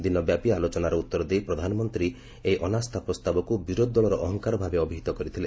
ଦିନବ୍ୟାପି ଆଲୋଚନାର ଉତ୍ତର ଦେଇ ପ୍ରଧାନମନ୍ତ୍ରୀ ଏହି ଅନାସ୍ଥା ପ୍ରସ୍ତାବକୁ ବିରୋଧୀ ଦଳର ଅହଂକାର ଭାବେ ଅଭିହିତ କରିଥିଲେ